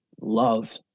love